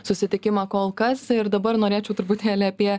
susitikimą kol kas ir dabar norėčiau truputėlį apie